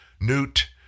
Newt